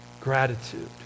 Gratitude